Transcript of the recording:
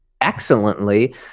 excellently